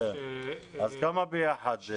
אז כמה ביחד זה?